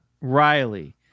Riley